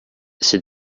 c’est